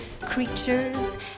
creatures